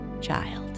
child